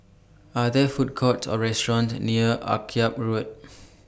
Are There Food Courts Or restaurants near Akyab Road